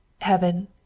heaven